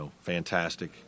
fantastic